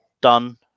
done